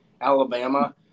Alabama